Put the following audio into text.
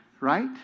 Right